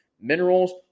minerals